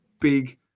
big